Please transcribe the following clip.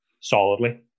solidly